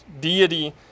deity